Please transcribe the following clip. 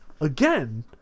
again